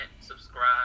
subscribe